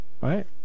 right